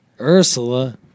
Ursula